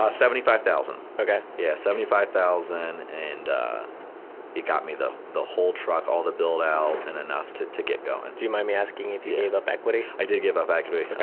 ah seventy five thousand dollars. okay. yes, seventy five thousand and it got me the the whole truck, all the build out and enough to to get going. do you mind me asking if you gave up equity? i did give up equity,